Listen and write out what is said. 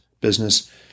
business